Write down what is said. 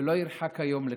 ולא ירחק היום לכך.